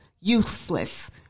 Useless